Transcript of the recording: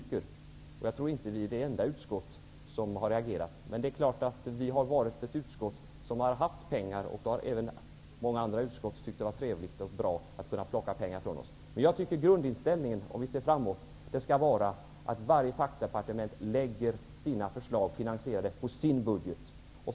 Jag tror inte att arbetsmarknadsutskottet är det enda utskottet som har reagerat. Men det är klart att vi i arbetsmarknadsutskottet har haft pengar, och då har även många andra utskott tyckt att det har varit trevligt och bra att så att säga kunna plocka pengar från oss. Om vi ser framåt, anser jag emellertid att grundinställningen skall vara att varje fackdepartement skall lägga fram sina förslag och finansierar dem inom ramen för sin budget.